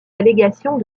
allégations